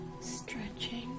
stretching